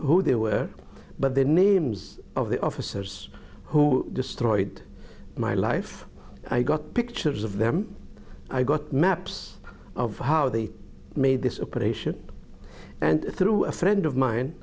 who they were but the names of the officers who destroyed my life i got pictures of them i got maps of how they made this operation and through a friend of mine